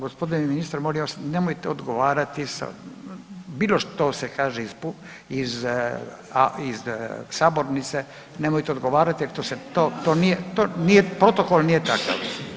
G. ministre, molim vas, nemojte odgovarati, bilo što se kaže iz sabornice, nemojte odgovarati jer to se, to nije, protokol nije takav.